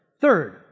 Third